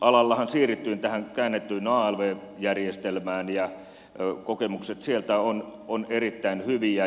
rakennusalallahan siirryttiin tähän käännettyyn alv järjestelmään ja kokemukset sieltä ovat erittäin hyviä